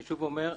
אני שוב אומר,